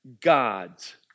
God's